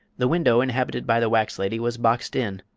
the window inhabited by the wax lady was boxed in,